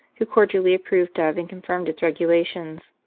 who cordially approved of and confirmed its regulations.